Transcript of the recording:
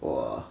!wah!